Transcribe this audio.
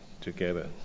together